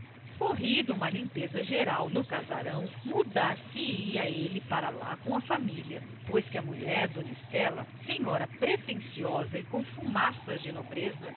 corrida uma limpeza geral no casarão mudar se ia ele para lá com a família pois que a mulher dona estela senhora pretensiosa e com fumaças de nobreza